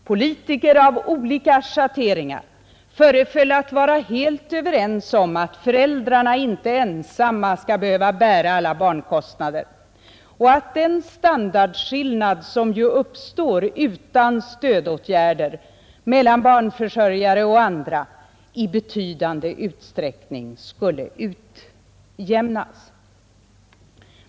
Politiker av olika schatteringar föreföll att vara helt överens om att föräldrarna inte ensamma skall behöva bära alla barnkostnader och att den standardskillnad mellan barnförsörjare och andra som uppstår utan stödåtgärder i betydande utsträckning skulle utjämnas.